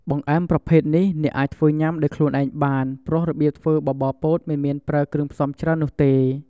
បង្អែមប្រភេទនេះអ្នកអាចធ្វើញ៉ាំដោយខ្លួនឯងបាន ព្រោះរបៀបធ្វើបបរពោតមិនមានប្រើគ្រឿងផ្សំច្រើននោះទេ។